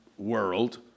world